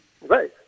Right